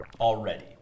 already